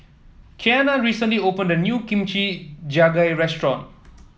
Keanna recently opened a new Kimchi Jjigae Restaurant